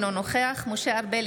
אינו נוכח משה ארבל,